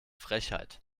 frechheit